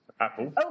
Apple